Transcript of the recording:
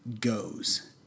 goes